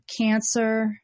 Cancer